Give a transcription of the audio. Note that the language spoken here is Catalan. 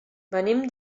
venim